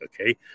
okay